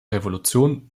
revolution